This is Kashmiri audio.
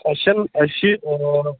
اَسہِ چھَنہٕ اَسہِ چھِ